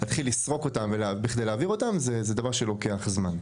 להתחיל לסרוק אותם כדי להעביר אותם זה דבר שלוקח זמן.